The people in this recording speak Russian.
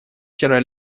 вчера